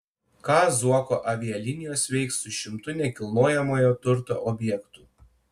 ką zuoko avialinijos veiks su šimtu nekilnojamojo turto objektų